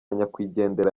nyakwigendera